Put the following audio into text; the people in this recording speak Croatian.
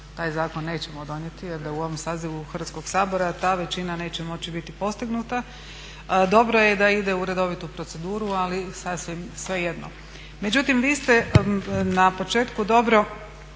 taj zakon nećemo donijeti jer da u ovom sazivu Hrvatskog sabora ta većina neće moći biti postignuta. Dobro je da ide u redovitu proceduru ali sasvim svejedno. Međutim, vi ste na početku dobro